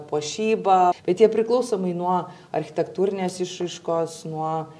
puošyba bet jie priklausomai nuo architektūrinės išraiškos nuo